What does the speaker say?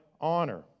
honor